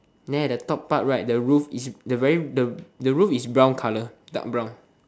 then at the top part right the roof is the very the the roof is brown colour dark brown